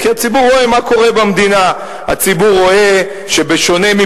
כי הציבור רואה מה קורה במדינה.